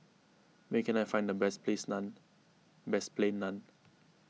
where can I find the best Plains Naan best Plain Naan